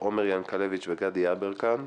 עומר ינקלביץ' וגדי יברקן,